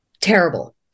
terrible